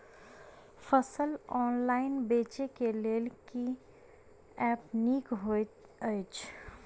फसल ऑनलाइन बेचै केँ लेल केँ ऐप नीक होइ छै?